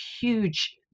huge